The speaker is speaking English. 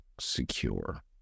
secure